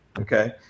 Okay